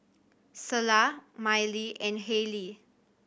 Selah Miley and Halie